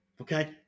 Okay